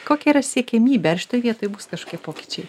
kokia yra siekiamybė ar šitoj vietoj bus kažkokie pokyčiai